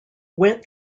went